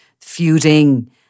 feuding